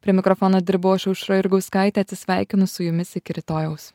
prie mikrofono dirbau aš aušra jurgauskaitė atsisveikinu su jumis iki rytojaus